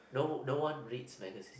no no one reads magazines